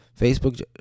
Facebook